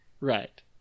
Right